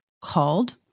called